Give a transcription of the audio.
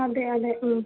അതെ അതെ